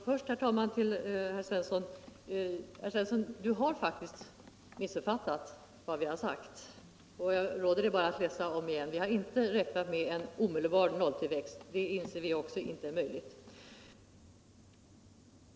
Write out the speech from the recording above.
Herr talman! Jörn Svensson har missuppfattat vad vi har sagt, och jag råder honom att läsa om vår motion. Vi har inte räknat med en omedelbar nolltillväxt. Även vi inser att en sådan inte är möjlig.